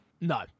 No